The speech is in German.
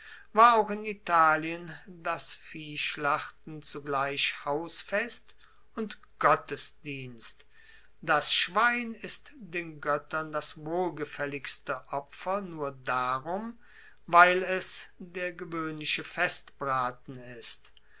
war auch in italien das viehschlachten zugleich hausfest und gottesdienst das schwein ist den goettern das wohlgefaelligste opfer nur darum weil es der gewoehnliche festbraten ist